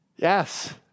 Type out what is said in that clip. Yes